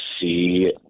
see